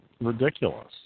ridiculous